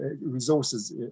resources